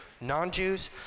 non-Jews